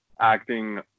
acting